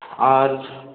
আর